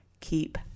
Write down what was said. keep